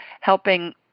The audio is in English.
helping